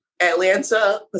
Atlanta